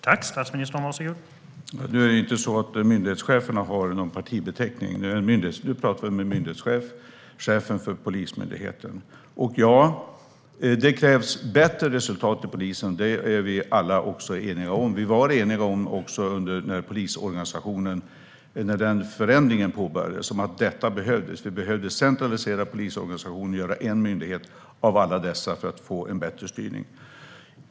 Herr talman! Det är inte så att myndighetscheferna har någon partibeteckning. Nu talar vi om en myndighetschef, chefen för Polismyndigheten. Det krävs bättre resultat i polisen. Det är vi alla eniga om. Vi var också eniga om det när förändringen av polisorganisationen påbörjades. Detta behövdes. Vi behövde centralisera polisorganisationen och göra en myndighet av alla dessa för att få en bättre styrning.